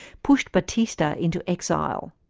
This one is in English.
pushed batista into exile.